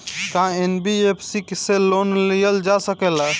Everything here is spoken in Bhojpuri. का एन.बी.एफ.सी से लोन लियल जा सकेला?